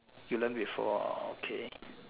you learn before oh okay